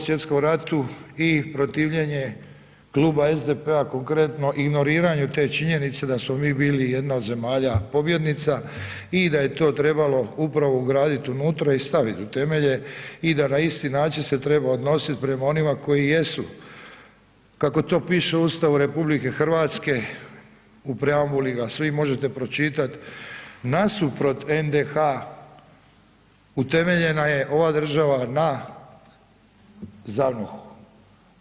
Svj. ratu i protivljenje Kluba SDP-a konkretno, ignoriranje te činjenice da smo mi bili jedna od zemalja pobjednica i da je to trebalo upravo ugraditi unutra i staviti u temelje i da na isti način se treba odnositi prema onima koji jesu, kako to piše u Ustavu RH, u preambuli, a svi možete pročitat, nasuprot NDH utemeljena je ova država na ZAVNOH-u.